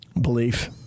Belief